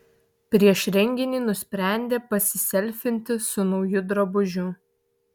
prieš renginį nusprendė pasiselfinti su nauju drabužiu